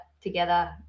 together